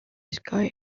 sky